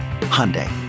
Hyundai